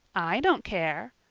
i don't care,